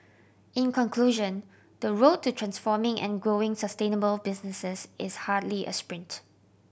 in conclusion the road to transforming and growing sustainable businesses is hardly a sprint